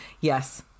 Yes